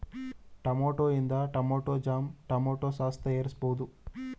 tomato ಇಂದ tomato jam, tomato sauce ತಯಾರಿಸಬೋದು